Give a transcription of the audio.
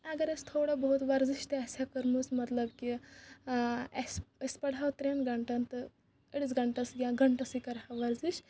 اگر أسۍ تھوڑا بہت ورزش تہِ اسہِ ہا کٔرمٕژ مطلب کہِ اسہِ أسۍ پرہاو ترٛین گنٛٹن تہٕ أڈس گنٛٹس یا گنٛٹسٕے کرِہاو ورزش